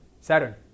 Saturn